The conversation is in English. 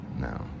No